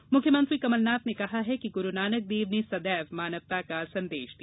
प्रदेश के मुख्यमंत्री कमलनाथ ने कहा है कि ग्रुनानक देव ने सदैव मानवता का संदेश दिया